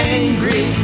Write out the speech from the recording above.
angry